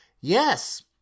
Yes